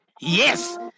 Yes